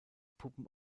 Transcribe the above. puppen